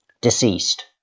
deceased